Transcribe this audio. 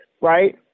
right